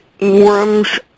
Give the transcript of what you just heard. worms